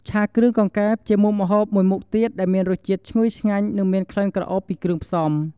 ឆាគ្រឿងកង្កែប គឺជាមុខម្ហូបមួយទៀតដែលមានរសជាតិឈ្ងុយឆ្ងាញ់ និងមានក្លិនក្រអូបពីគ្រឿងផ្សំ។